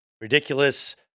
ridiculous